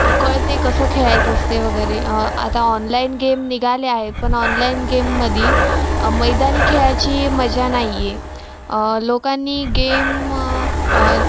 कळते कसं खेळायचं असते वगैरे आता ऑनलाइन गेम निघाले आहेत पण ऑनलाईन गेममध्ये मैदानी खेळाची मजा नाही आहे लोकांनी गेम